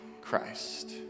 Christ